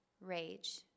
rage